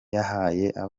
abana